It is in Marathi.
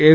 एस